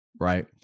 right